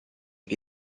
che